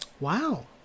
Wow